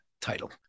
title